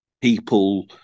people